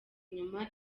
inyuma